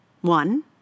One